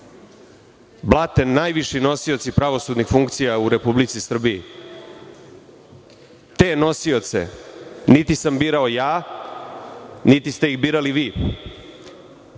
blate najviši nosioci pravosudnih funkcija u Republici Srbiji. Te nosioce niti sam birao ja, niti ste ih birali vi.